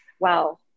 wow